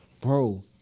bro